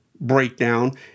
breakdown